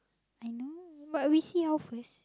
I know but we see how first